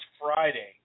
Friday